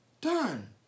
done